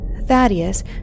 Thaddeus